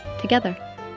together